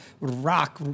rock